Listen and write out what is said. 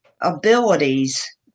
abilities